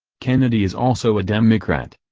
kennedy is also a democrat!